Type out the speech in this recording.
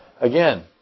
Again